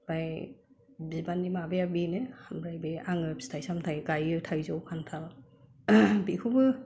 ओमफ्राय बिबारनि माबाया बेनो ओमफ्राय बे आङो फिथाय सामथाय गायो थाइजौ खान्थाल बेखौबो